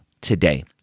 today